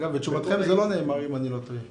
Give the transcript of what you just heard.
יש לה משמעות אחרת.